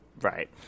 Right